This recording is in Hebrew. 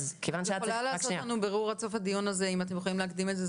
את יכולה לעשות בירור עד לסוף הדיון הזה אם אתם יכולים להקדים את זה?